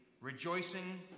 rejoicing